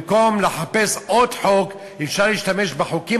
במקום לחפש עוד חוק אפשר להשתמש בחוקים